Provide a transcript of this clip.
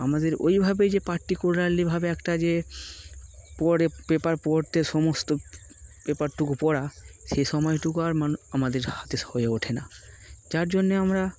আমাদের ওইভাবেই যে পার্টিকুলারলিভাবে একটা যে পড়তে পেপার পড়তে সমস্ত পেপারটুকু পড়া সেই সময়টুকু আর মানু আমাদের হাতে হয়ে ওঠে না যার জন্যে আমরা